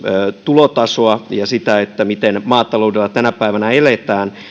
tulotasoa ja sitä miten maataloudella tänä päivänä eletään